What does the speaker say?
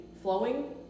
flowing